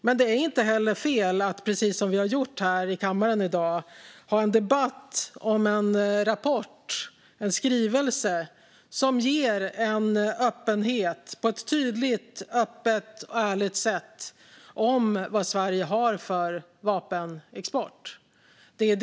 Men det är heller inte fel att, precis som vi här i kammaren i dag, ha en debatt om en skrivelse som på ett tydligt, öppet och ärligt sätt ger en rapport om vilken vapenexport Sverige har.